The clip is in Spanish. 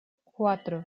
cuatro